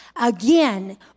Again